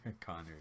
connor